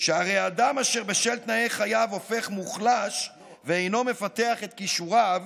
שהרי אדם אשר בשל תנאי חייו הופך מוחלש ואינו מפתח את כישוריו,